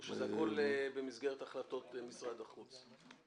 או שזה הכל במסגרת החלטות משרד החוץ?